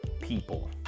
people